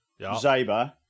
Zaber